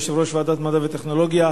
יושב-ראש ועדת המדע והטכנולוגיה,